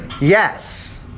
Yes